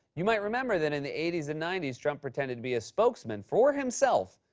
you might remember that, in the eighty s and ninety s, trump pretended to be a spokesman for himself,